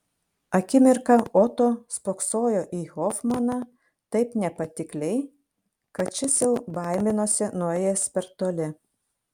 akimirką oto spoksojo į hofmaną taip nepatikliai kad šis jau baiminosi nuėjęs per toli